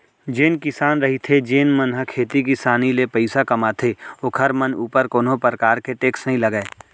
जेन किसान रहिथे जेन मन ह खेती किसानी ले पइसा कमाथे ओखर मन ऊपर कोनो परकार के टेक्स नई लगय